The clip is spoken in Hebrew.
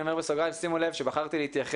אני אומר בסוגריים: שימו לב שבחרתי להתעלם